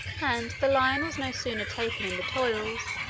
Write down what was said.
and the lion was no sooner taken in the toils,